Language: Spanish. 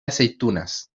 aceitunas